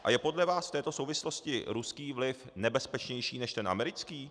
A je podle vás v této souvislosti ruský vliv nebezpečnější než americký?